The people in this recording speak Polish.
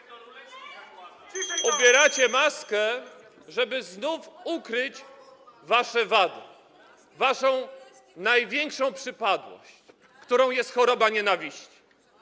Zakładacie maskę, żeby znów ukryć wasze wady, waszą największą przypadłość, którą jest choroba nienawiści.